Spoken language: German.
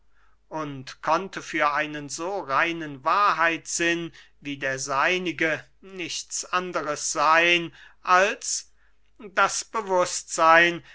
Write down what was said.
und konnte für einen so reinen wahrheitssinn wie der seinige nichts anderes seyn als das bewußtseyn